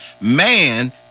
Man